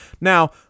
Now